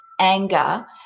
anger